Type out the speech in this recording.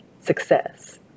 success